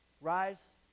Rise